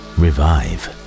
revive